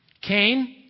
Cain